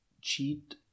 cheat